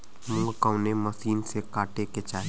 मूंग कवने मसीन से कांटेके चाही?